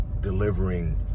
delivering